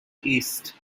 east